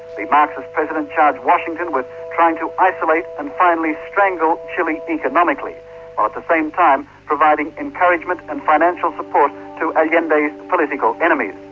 the marxist president charged washington with trying to isolate and finally strangle chile economically, while at the same time providing encouragement and financial support to allende's ah yeah and political enemies.